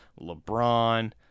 LeBron